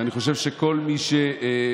ואני חושב שכל מי שחושב